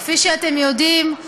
כפי שאתם יודעים,